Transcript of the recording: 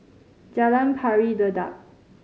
Jalan Pari Dedap